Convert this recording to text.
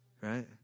Right